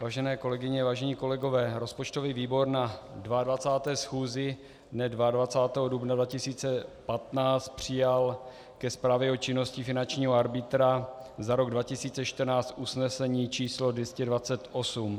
Vážené kolegyně, vážení kolegové, rozpočtový výbor na 22. schůzi dne 22. dubna 2015 přijal ke Zprávě o činnosti finančního arbitra za rok 2014 usnesení číslo 228.